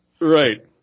Right